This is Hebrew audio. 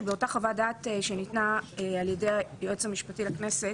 שבאותה חוות דעת שניתנה על ידי היועץ המשפטי לכנסת,